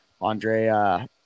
Andre